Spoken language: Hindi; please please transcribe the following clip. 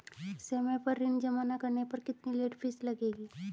समय पर ऋण जमा न करने पर कितनी लेट फीस लगेगी?